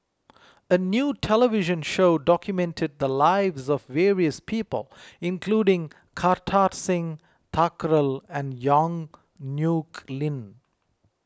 a new television show documented the lives of various people including Kartar Singh Thakral and Yong Nyuk Lin